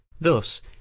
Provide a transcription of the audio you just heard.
Thus